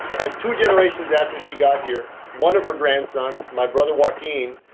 just two generations after she got here, one of her grandsons, my brother joaquin,